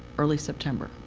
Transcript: early september.